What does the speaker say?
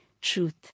truth